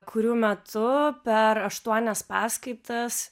kurių metu per aštuonias paskaitas